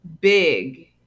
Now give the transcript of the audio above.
big